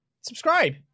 Subscribe